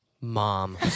mom